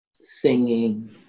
singing